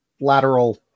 lateral